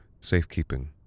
safekeeping